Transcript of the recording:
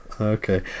Okay